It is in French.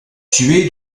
tué